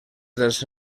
dels